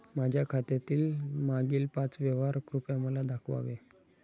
माझ्या खात्यातील मागील पाच व्यवहार कृपया मला दाखवावे